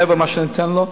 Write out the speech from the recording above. מעבר למה שאני נותן לו,